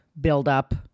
buildup